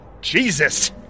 Jesus